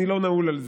אני לא נעול על זה,